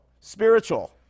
spiritual